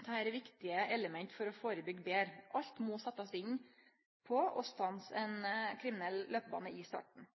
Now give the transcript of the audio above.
Dette er viktige element for å førebyggje betre. Alt må setjast inn på å stanse ein kriminell løpebane i